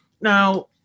Now